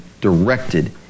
directed